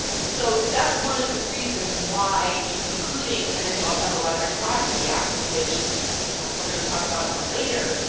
so that's one of the reasons why, including, and then you also have the library privacy act, which we're going to talk about more later.